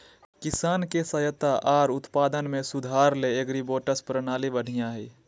किसान के सहायता आर उत्पादन में सुधार ले एग्रीबोट्स प्रणाली बढ़िया हय